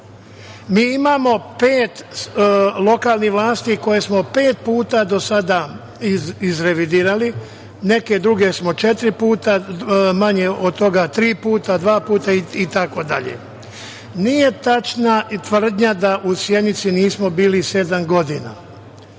Imamo pet lokalnih vlasti koje smo pet puta do sada izrevidirali, neke druge četiri puta, manje od toga tri puta, dva puta itd. Nije tačna tvrdnja da u Sjenici nismo bili sedam godina.